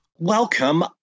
Welcome